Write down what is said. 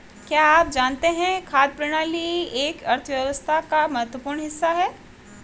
क्या आप जानते है खाद्य प्रणाली एक अर्थव्यवस्था का महत्वपूर्ण हिस्सा है?